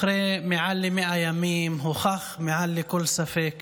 אחרי מעל ל-100 ימים הוכח מעל לכל ספק